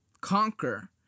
conquer